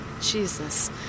Jesus